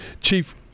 chief